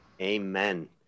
Amen